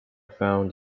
found